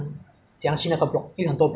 所以你有找到那个 block